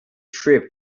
trip